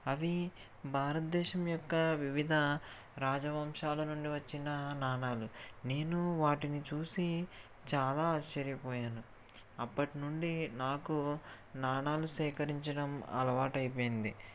అవి భారతదేశం యొక్క వివిధ రాజవంశాల నుండి వచ్చిన నాణాలు నేను వాటిని చూసి చాలా ఆశ్చర్యపోయాను అప్పటినుండి నాకు నాణాలు సేకరించడం అలవాటైపోయింది